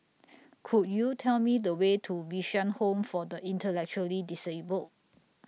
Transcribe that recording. Could YOU Tell Me The Way to Bishan Home For The Intellectually Disabled